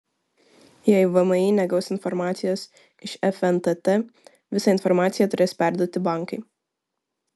jei vmi negaus informacijos iš fntt visą informaciją turės perduoti bankai